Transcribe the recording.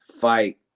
fight